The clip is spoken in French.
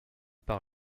par